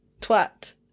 Twat